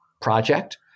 project